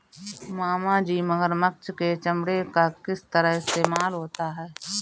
मामाजी मगरमच्छ के चमड़े का किस तरह इस्तेमाल होता है?